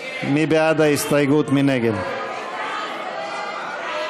ההסתייגות של קבוצת סיעת יש עתיד